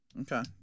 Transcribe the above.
Okay